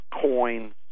coins